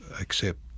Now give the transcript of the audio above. accept